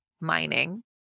mining